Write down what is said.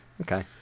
Okay